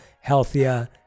healthier